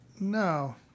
No